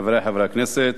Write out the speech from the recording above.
חברי חברי הכנסת,